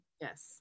Yes